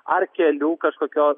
ar kelių kažkokios